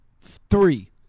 Three